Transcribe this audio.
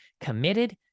committed